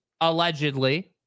allegedly